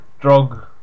drug